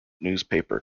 newspaper